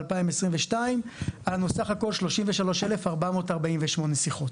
ב-2022 היה לנו סך הכל 33,448 שיחות.